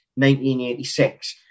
1986